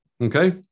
Okay